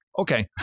Okay